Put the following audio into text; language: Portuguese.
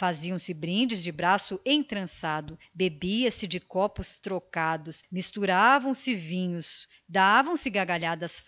faziam-se brindes de braço entrançado bebia se de copos trocados misturavam-se vinhos soltavam se gargalhadas